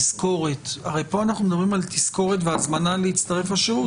הרי פה אנחנו מדברים על תזכורת והזמנה להצטרף לשירות,